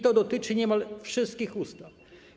To dotyczy niemal wszystkich ustaw.